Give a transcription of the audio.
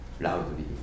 loudly